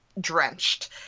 drenched